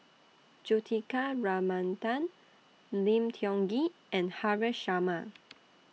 Juthika Ramanathan Lim Tiong Ghee and Haresh Sharma